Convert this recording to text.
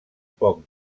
poc